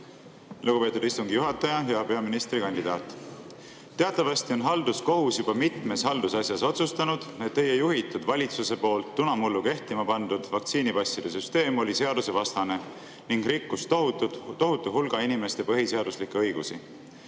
Lugupeetud istungi juhataja! Hea peaministrikandidaat! Teatavasti on halduskohus juba mitmes haldusasjas otsustanud, et teie juhitud valitsuse tunamullu kehtima pandud vaktsiinipasside süsteem oli seadusvastane ning rikkus tohutu hulga inimeste põhiseaduslikke õigusi.